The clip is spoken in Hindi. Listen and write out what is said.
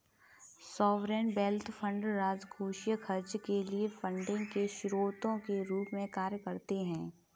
सॉवरेन वेल्थ फंड राजकोषीय खर्च के लिए फंडिंग के स्रोत के रूप में कार्य करते हैं